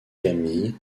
camille